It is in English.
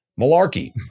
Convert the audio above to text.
Malarkey